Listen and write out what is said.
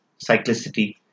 cyclicity